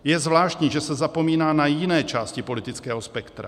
Je zvláštní, že se zapomíná na jiné části politického spektra.